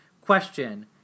question